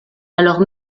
alors